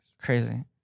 Crazy